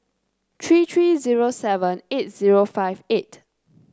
three three zero seven eight zero five eight